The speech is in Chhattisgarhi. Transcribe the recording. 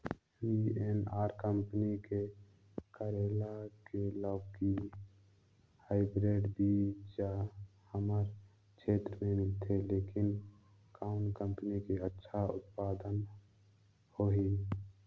वी.एन.आर कंपनी के करेला की लौकी हाईब्रिड बीजा हमर क्षेत्र मे मिलथे, लेकिन कौन कंपनी के अच्छा उत्पादन होही?